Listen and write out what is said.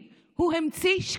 הוא המציא.